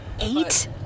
Eight